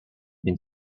been